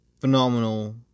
phenomenal